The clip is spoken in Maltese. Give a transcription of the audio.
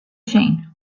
xejn